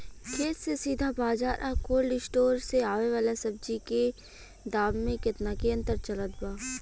खेत से सीधा बाज़ार आ कोल्ड स्टोर से आवे वाला सब्जी के दाम में केतना के अंतर चलत बा?